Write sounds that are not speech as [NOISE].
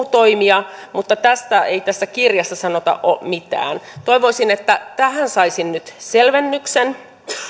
[UNINTELLIGIBLE] toimija mutta tästä ei tässä kirjassa sanota mitään toivoisin että tähän saisin nyt selvennyksen